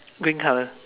green colour